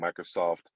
Microsoft